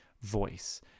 voice